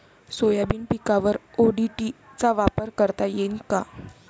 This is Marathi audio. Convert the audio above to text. सोयाबीन पिकावर ओ.डी.टी चा वापर करता येईन का?